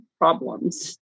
problems